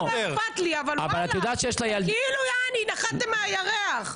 כאילו נחתם מהירח.